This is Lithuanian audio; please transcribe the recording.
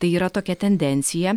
tai yra tokia tendencija